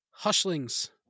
Hushlings